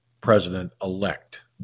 president-elect